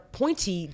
pointy